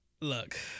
Look